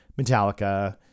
Metallica